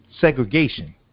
segregation